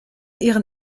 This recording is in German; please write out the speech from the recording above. ihren